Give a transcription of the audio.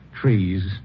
trees